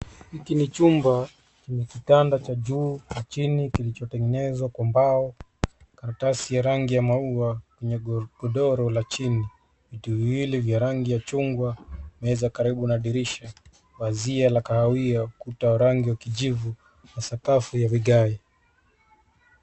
Hiki ni chumba chenye kitanda cha juu na chini kilichotengenezwa kwa mbao, karatasi ya rangi ya maua kwenye godoro la chini. Viti viwili vya rangi ya chungwa, meza karibu na dirisha, pazia la kahawia, kuta wa rangi wa kijivu na sakafu ya vigae.